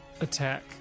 attack